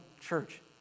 church